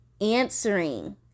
answering